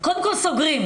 קודם כל סוגרים.